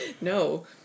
No